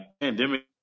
pandemic